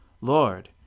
Lord